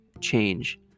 change